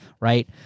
right